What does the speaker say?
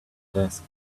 desk